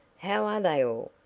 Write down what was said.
how are they all?